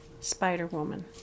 Spider-Woman